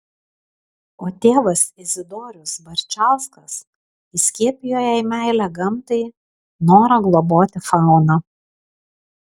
o tėvas izidorius barčauskas įskiepijo jai meilę gamtai norą globoti fauną